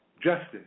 Justice